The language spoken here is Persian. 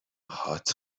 هات